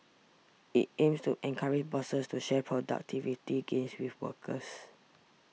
it aims to encourage bosses to share productivity gains with workers